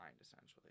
essentially